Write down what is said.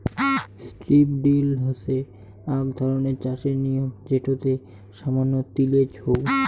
strip drill হসে আক ধরণের চাষের নিয়ম যেটোতে সামান্য তিলেজ হউ